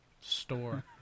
store